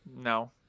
No